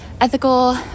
ethical